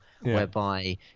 whereby